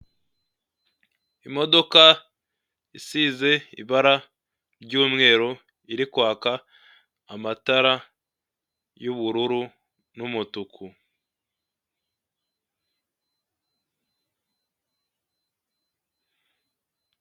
Imodoka isize ibara ry'umweru iri kwaka amatara y'ubururu n'umutuku.